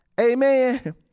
Amen